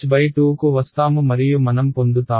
h2 కు వస్తాము మరియు మనం పొందుతామా